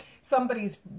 somebody's